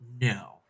No